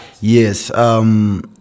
Yes